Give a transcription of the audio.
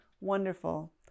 wonderful